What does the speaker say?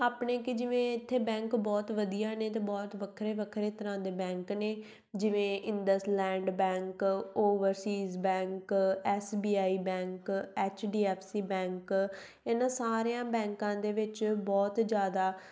ਆਪਣੇ ਕਿ ਜਿਵੇਂ ਇੱਥੇ ਬੈਂਕ ਬਹੁਤ ਵਧੀਆ ਨੇ ਅਤੇ ਬਹੁਤ ਵੱਖਰੇ ਵੱਖਰੇ ਤਰ੍ਹਾਂ ਦੇ ਬੈਂਕ ਨੇ ਜਿਵੇਂ IndusInd bank overseas bank S B I bank H D F C bank ਇਹਨਾਂ ਸਾਰਿਆਂ ਬੈਂਕਾਂ ਦੇ ਵਿੱਚ ਬਹੁਤ ਜ਼ਿਆਦਾ